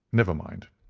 never mind,